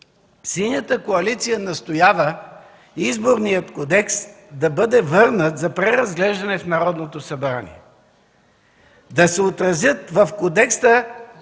Синята коалиция настоява Изборният кодекс да бъде върнат за преразглеждане в Народното събрание. В Кодекса